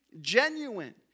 genuine